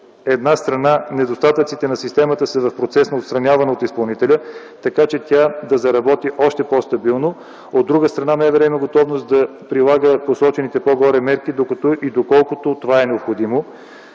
една страна недостатъците на системата са в процес на отстраняване от изпълнителя, така че тя да заработи още по-стабилно. От друга страна МВР има готовност да прилага посочените по-горе мерки, докато и доколкото това е необходимо,